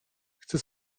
chcę